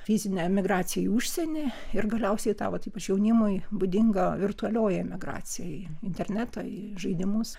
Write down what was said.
fizinė emigracija į užsienį ir galiausiai ta vat ypač jaunimui būdinga virtualioji emigracija į internetą į žaidimus